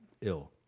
ill